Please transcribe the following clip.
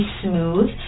smooth